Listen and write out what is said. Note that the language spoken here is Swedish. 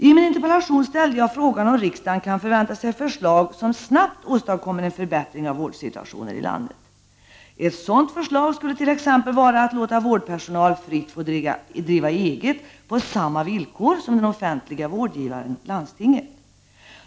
I min interpellation ställde jag frågan om riksdagen kan förvänta sig förslag som snabbt åstadkommer en förbättring av vårdsituationen i landet. Ett sådant förslag är t.ex. att vårdpersonal fritt får driva eget på samma villkor som den offentliga vårdgivaren, landstinget.